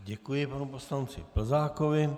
Děkuji panu poslanci Plzákovi.